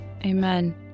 Amen